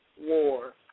War